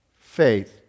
faith